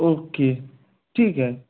okay ठीक आहे